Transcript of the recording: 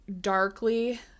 darkly